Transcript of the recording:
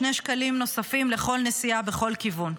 שני שקלים נוספים לכל נסיעה בכל כיוון.